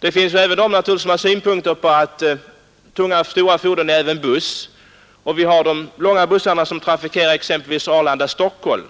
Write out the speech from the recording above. Det finns många trafikanter som säkerligen upplever långa fordon som besvärande — bl.a. har vi de långa bussarna som trafikerar exempelvis sträckan Arlanda—Stockholm.